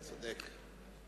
צודק.